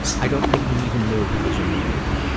i don't think he even knew who was in the room.